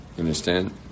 understand